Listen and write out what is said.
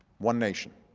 one nation,